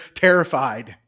terrified